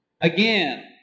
Again